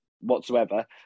whatsoever